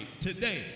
today